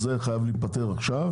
בעיה